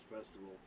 Festival